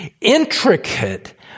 intricate